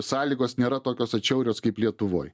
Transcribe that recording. sąlygos nėra tokios atšiaurios kaip lietuvoj